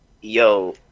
yo